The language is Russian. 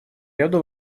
ряду